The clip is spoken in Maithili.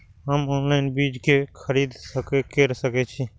हम ऑनलाइन बीज के खरीदी केर सके छी?